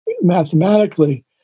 Mathematically